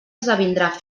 esdevindrà